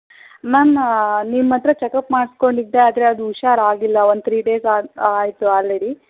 ma'am ನಿಮ್ಮ ಹತ್ತಿರ checkup ಮಾಡಿಸಿಕೊಂಡಿದ್ದೆ ಆದರೆ ಅದು ಹುಷಾರಾಗಿಲ್ಲ ಒಂದು ಥ್ರೀ ಡೇಸ್ ಆದ್ ಆಯಿತು ಆಲ್ರೆಡಿ